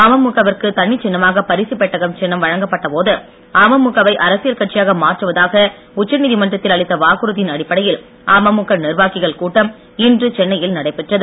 அம்முக விற்கு தனிச் சின்னமாக பரிசுப் பெட்டகம் சின்னம் வழங்கப்பட்ட போது அமமுக வை அரசியல் கட்சியாக மாற்றுவதாக உச்ச நீதிமன்றத்தில் அளித்த வாக்குறுதியின் அடிப்படையில் அமமுக நிர்வாகிகள் கூட்டம் இன்று சென்னையில் நடைபெற்றது